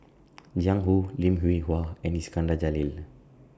Jiang Hu Lim Hwee Hua and Iskandar Jalil